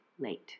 late